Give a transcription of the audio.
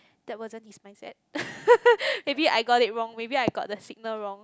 that wasn't his mindset maybe I got it wrong maybe I got the signal wrong